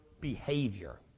behavior